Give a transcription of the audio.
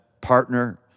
partner